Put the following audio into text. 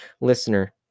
listener